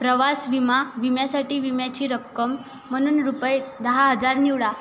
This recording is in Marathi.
प्रवास विमा विम्यासाठी विम्याची रक्कम म्हणून रुपये दहा हजार निवडा